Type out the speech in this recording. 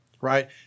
right